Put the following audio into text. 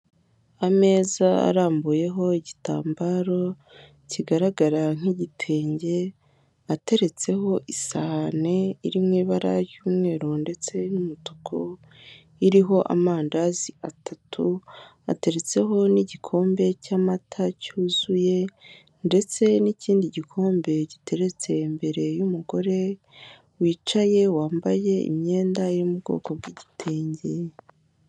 Ameza arambuyeho igitambaro kigaragara nk'igitenge, ateretseho isahani iri mu ibara ry'umweru ndetse n'umutuku, iriho amandazi atatu, hateretseho n'igikombe cy'amata cyuzuye ndetse n'ikindi gikombe giteretse imbere y'umugore wicaye, wambaye imyenda iri mu bwoko bw'igitenge.